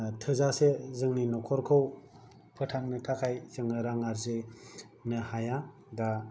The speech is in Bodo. थोजासे जोंनि न'खरखौ फोथांनो थाखाय जोङो रां आरजिनो हाया दा